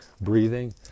breathing